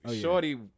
Shorty